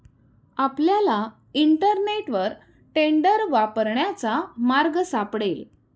आपल्याला इंटरनेटवर टेंडर वापरण्याचा मार्ग सापडेल